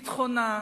על ביטחונה,